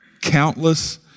Countless